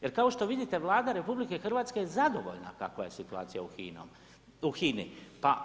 Jer kao što vidite Vlada RH je zadovoljna kakva je situacija u HINA-i.